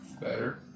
Better